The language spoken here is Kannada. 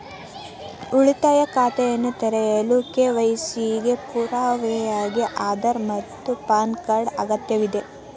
ಉಳಿತಾಯ ಖಾತೆಯನ್ನು ತೆರೆಯಲು ಕೆ.ವೈ.ಸಿ ಗೆ ಪುರಾವೆಯಾಗಿ ಆಧಾರ್ ಮತ್ತು ಪ್ಯಾನ್ ಕಾರ್ಡ್ ಅಗತ್ಯವಿದೆ